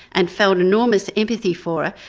and felt enormous empathy for